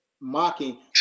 Mocking